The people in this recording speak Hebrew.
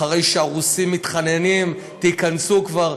אחרי שהרוסים מתחננים: תיכנסו כבר,